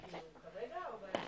כרגע או בהמשך?